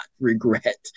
regret